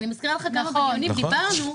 אני מזכירה לך כמה דיונים דיברנו,